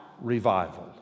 revival